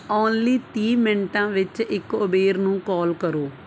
only ਤੀਹ ਮਿੰਟਾਂ ਵਿੱਚ ਇੱਕ ਉਬੇਰ ਨੂੰ ਕਾਲ ਕਰੋ